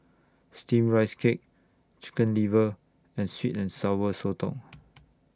Steamed Rice Cake Chicken Liver and Sweet and Sour Sotong